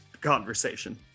conversation